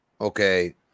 okay